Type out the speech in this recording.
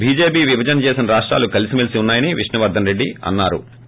BJP విభజన ్ చేసిన రాష్టాలు కలిసి మెలిసి ఉన్నా యని విష్ణువర్దన్ రెడ్డి అన్నా రు